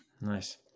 Nice